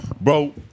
Bro